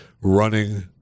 running